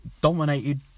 Dominated